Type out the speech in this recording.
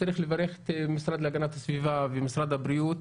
צריך לברך את המשרד להגנת הסביבה ומשרד הבריאות